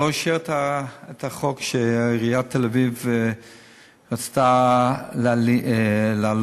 הוא לא אישר את החוק שעיריית תל-אביב רצתה להעלות,